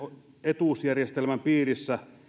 etuusjärjestelmän piirissä